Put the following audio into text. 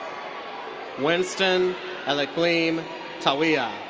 winston elikplim tawiah.